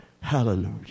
Hallelujah